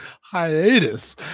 Hiatus